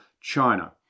China